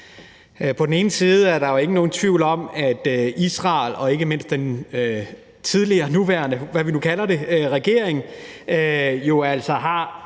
På den ene side er der jo ikke nogen tvivl om, at Israel og ikke mindst den tidligere eller nuværende, hvad vi nu kalder det, regering altså har